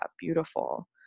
beautiful